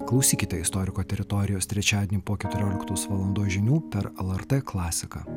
klausykite istoriko teritorijos trečiadienį po keturioliktos valandos žinių per lrt klasiką